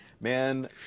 man